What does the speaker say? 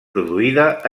produïda